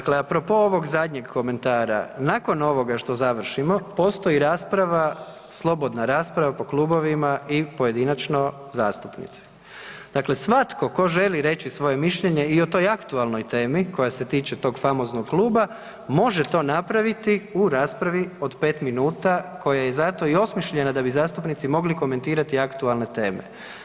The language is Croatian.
Dakle, a propos ovog zadnjeg komentara, nakon ovoga što završimo postoji rasprava slobodna rasprava po klubovima i pojedinačno zastupnici, dakle svatko tko želi reći svoje mišljenje i o toj aktualnoj temi koja se tiče tog famoznog kluba, može to napraviti u raspravi od pet minuta koja je za to i osmišljena da bi zastupnici mogli komentirati aktualne teme.